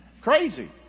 Crazy